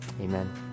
Amen